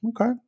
Okay